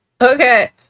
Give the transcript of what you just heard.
Okay